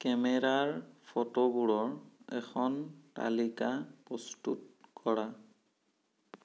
কেমেৰাৰ ফটোবোৰৰ এখন তালিকা প্ৰস্তুত কৰা